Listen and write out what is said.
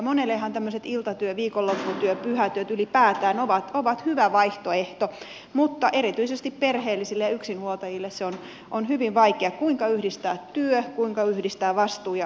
monellehan tämmöiset iltatyöt viikonlopputyöt pyhätyöt ylipäätään ovat hyvä vaihtoehto mutta erityisesti perheellisille ja yksinhuoltajille se on hyvin vaikeaa kuinka yhdistää työ kuinka yhdistää vastuu ja lasten hoiva